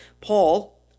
Paul